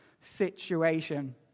situation